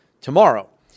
tomorrow